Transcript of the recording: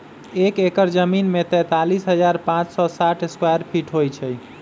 एक एकड़ जमीन में तैंतालीस हजार पांच सौ साठ स्क्वायर फीट होई छई